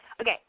Okay